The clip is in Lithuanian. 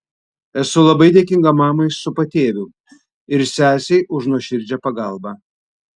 esu labai dėkinga mamai su patėviu ir sesei už nuoširdžią pagalbą